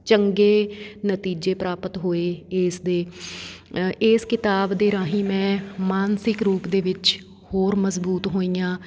ਚੰਗੇ ਨਤੀਜੇ ਪ੍ਰਾਪਤ ਹੋਏ ਇਸ ਦੇ ਇਸ ਕਿਤਾਬ ਦੇ ਰਾਹੀਂ ਮੈਂ ਮਾਨਸਿਕ ਰੂਪ ਦੇ ਵਿੱਚ ਹੋਰ ਮਜ਼ਬੂਤ ਹੋਈ ਹਾਂ